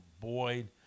Boyd